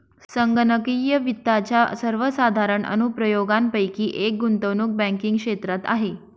संगणकीय वित्ताच्या सर्वसाधारण अनुप्रयोगांपैकी एक गुंतवणूक बँकिंग क्षेत्रात आहे